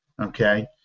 Okay